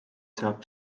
saab